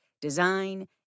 design